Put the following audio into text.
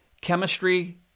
chemistry